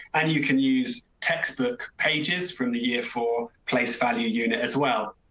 and you can use textbook pages from the year for place value unit as well.